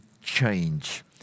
change